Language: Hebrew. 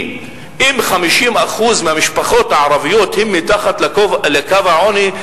כי אם 50% מהמשפחות הערביות הן מתחת לקו העוני,